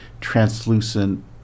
translucent